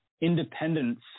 independence